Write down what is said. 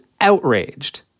outraged